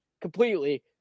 completely